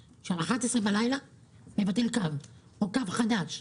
11 בלילה שהוא מבטל קו או מוסיף קו חדש.